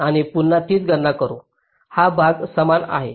आणि पुन्हा तीच गणना करू हा भाग समान आहे